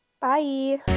Bye